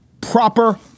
proper